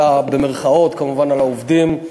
במירכאות כמובן, על העובדים.